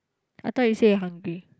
I thought you say you hungry